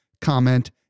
comment